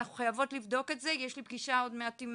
אנחנו חייבות לבדוק את זה, יש לי פגישה עוד מעט עם